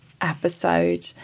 episode